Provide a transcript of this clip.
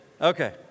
Okay